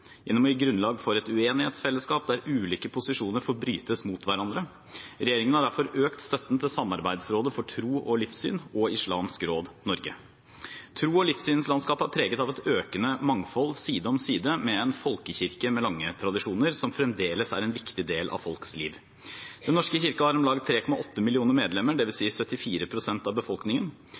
gjennom å gi grunnlag for et uenighetsfellesskap der ulike posisjoner får brytes mot hverandre. Regjeringen har derfor økt støtten til Samarbeidsrådet for tros- og livssynssamfunn og Islamsk Råd Norge. Tros- og livssynslandskapet er preget av et økende mangfold side om side med en folkekirke med lange tradisjoner som fremdeles er en viktig del av folks liv. Den norske kirke har om lag 3,8 millioner medlemmer, dvs. 74 pst. av befolkningen.